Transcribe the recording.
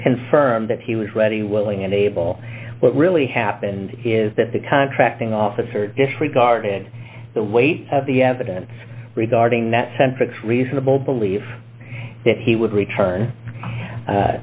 confirmed that he was ready willing and able what really happened is that the contracting officer disregarded the weight of the evidence regarding that sense it's reasonable to believe that he would return